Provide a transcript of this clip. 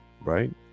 right